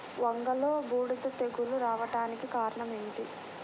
వంగలో బూడిద తెగులు రావడానికి కారణం ఏమిటి?